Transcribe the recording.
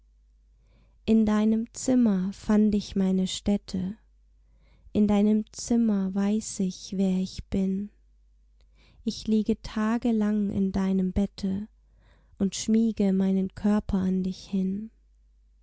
in deinem zimmer fand ich meine stätte in deinem zimmer weiß ich wer ich bin ich liege tagelang in deinem bette und schmiege meinen körper an dich hin